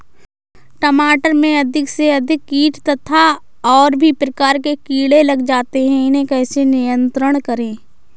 टमाटर में अधिक से अधिक कीट तथा और भी प्रकार के कीड़े लग जाते हैं इन्हें कैसे नियंत्रण करें?